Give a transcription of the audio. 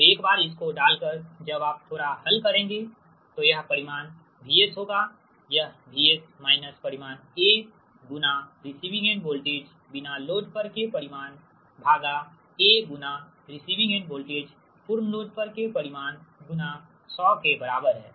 तो एक बार इसको डालकर जब आप थोड़ा हल करेंगे तो यह परिमाण VS होगा यह VS माइनस परिमाण A गुना रिसिविंग एंड वोल्टेज बिना लोड पर के परिमाण भागा A गुना रिसिविंग एंड वोल्टेज पूर्ण लोड पर के परिमाण गुना 100 के बराबर है